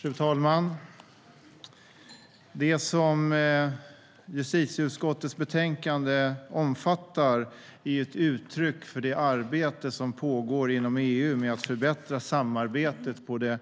Erkännande och uppföljning av beslut om övervaknings-åtgärder inom Europeiska unionen Fru talman! Justitieutskottets betänkande är ett uttryck för det arbete som pågår inom EU med att förbättra samarbetet på det